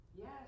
Yes